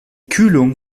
kühlung